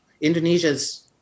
Indonesia's